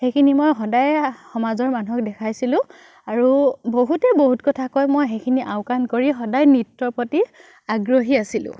সেইখিনি মই সদায়েই সমাজৰ মানুহক দেখুৱাইছিলোঁ আৰু বহুতে বহু কথা কয় মই সেইখিনি আওকাণ কৰি সদায় নৃত্যৰ প্ৰতি আগ্ৰহী আছিলোঁ